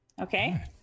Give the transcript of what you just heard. okay